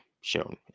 shown